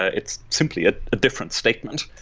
ah it's simply a a different statement.